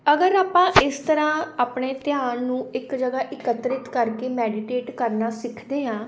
ਅਗਰ ਆਪਾਂ ਇਸ ਤਰ੍ਹਾਂ ਆਪਣੇ ਧਿਆਨ ਨੂੰ ਇੱਕ ਜਗ੍ਹਾ ਇਕੱਤਰਿਤ ਕਰਕੇ ਮੈਡੀਟੇਟ ਕਰਨਾ ਸਿੱਖਦੇ ਹਾਂ